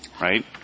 right